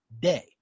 day